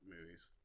movies